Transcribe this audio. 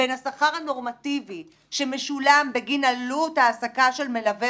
בין השכר הנורמטיבי שמשולם בגין עלות העסקה של מלווה